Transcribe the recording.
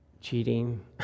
cheating